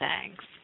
thanks